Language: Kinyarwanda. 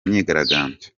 myigaragambyo